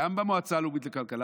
גם במועצה הלאומית לכלכלה,